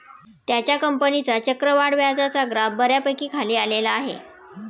त्याच्या कंपनीचा चक्रवाढ व्याजाचा ग्राफ बऱ्यापैकी खाली आलेला आहे